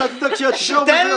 אתה תדאג שיצביעו וזהו.